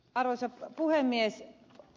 arvoisa puhemies